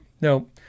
No